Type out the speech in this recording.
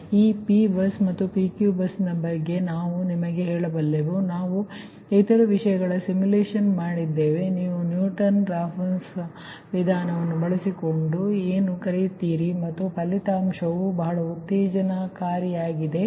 ಆದರೆ ಈ P bus ಮತ್ತು PQV ಬಸ್ ಬಗ್ಗೆ ನಾವು ನಿಮಗೆ ಹೇಳಬಲ್ಲೆವು ನಾವು ಇತರ ವಿಷಯಗಳನ್ನು ಸಿಮ್ಯುಲೇಶನ್ ಮಾಡಿದ್ದೇವೆ ಮತ್ತು ನೀವು ನ್ಯೂಟನ್ ರಾಫ್ಸನ್ ವಿಧಾನವನ್ನು ಬಳಸಿಕೊಂಡು ಏನು ಕರೆಯುತ್ತೀರಿ ಮತ್ತು ಫಲಿತಾಂಶವು ಬಹಳ ಉತ್ತೇಜನಕಾರಿಯಾಗಿದೆ